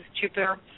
Jupiter